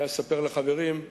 אולי אספר לחברים,